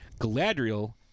Galadriel